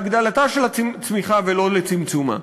להגדלתה של הצמיחה ולא לצמצומה.